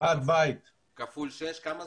כמה זה?